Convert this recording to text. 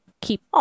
keep